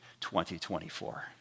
2024